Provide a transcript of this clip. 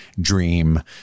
dream